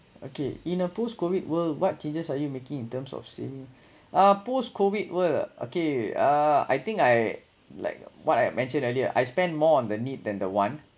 okay in a post COVID world what changes are you making in terms of saving uh post COVID world ah okay uh I think I like what I mentioned earlier I spend more on the need than the want